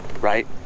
right